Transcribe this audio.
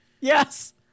Yes